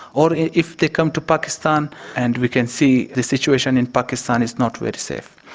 or if they come to pakistan and we can see the situation in pakistan is not really safe,